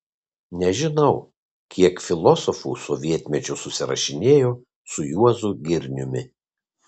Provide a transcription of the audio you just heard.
nežinau kiek filosofų sovietmečiu susirašinėjo su juozu girniumi